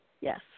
Yes